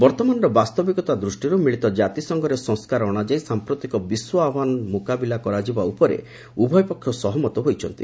ବର୍ତ୍ତମାନର ବାସ୍ତବିକତା ଦୃଷ୍ଟିରୁ ମିଳିତ ଜାତିସଂଘରେ ସଂସ୍କାର ଅଣାଯାଇ ସାଂପ୍ରତିକ ବିଶ୍ୱ ଆହ୍ପାନର ମୁକାବିଲା କରାଯିବା ଉପରେ ଉଭୟ ପକ୍ଷ ସହମତ ହୋଇଛନ୍ତି